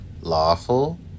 lawful